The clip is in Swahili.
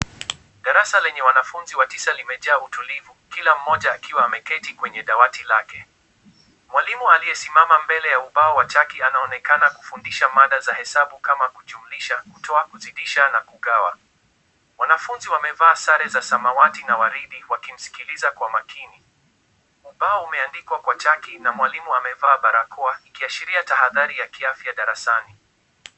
Darasa lenye wanafunzi watisa limejaa utulivu, kila mmoja akiwa ameketi kwenye dawati lake. Mwalimu aliyesimama mbele ya ubao wa chaki, anaonekana kufundisha mada za hesabu kama kujumlisha, kutoa, kuzidisha na kugawa. Wanafunzi wamevaa sare za samawati na waridi, wakimsikiliza kwa makini. Ubao umeandikwa kwa chaki na mwalimu amevaa barakoa, ikiashiria tahadhari ya kiafya darasani.